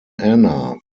ana